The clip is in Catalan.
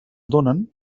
donen